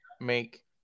make